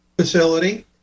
facility